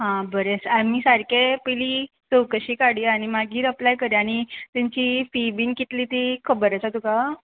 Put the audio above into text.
आं बरें आसा आमी सारकें पयली चवकशी काडया आनी मागीर अप्लाय करया आनी तेंची फी बीन कितली ती खबर आसा तुका